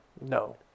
No